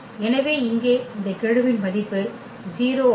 எனவே இங்கே இந்த கெழுவின் மதிப்பு 0 ஆகும்